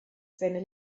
seine